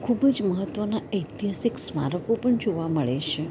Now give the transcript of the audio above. ખૂબ જ મહત્વના ઐતહાસિક સ્મારકો પણ જોવા મળે છે